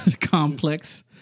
Complex